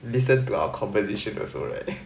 listen to our conversation also right